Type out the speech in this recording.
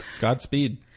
Godspeed